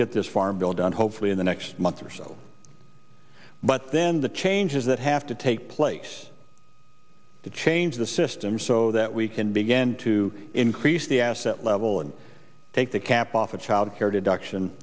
get this farm bill done hopefully in the next month or so but then the changes that have to take place to change the system so that we can begin to increase the asset level and take the cap off of child care deduction